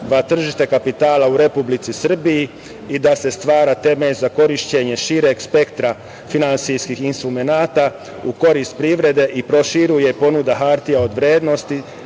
tržište kapitala u Republici Srbiji i da se stvara temelj za korišćenje šireg spektra finansijskih instrumenata u korist privrede i proširuje ponuda hartija od vrednosti